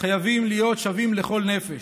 חייבים להיות שווים לכל נפש,